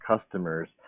customers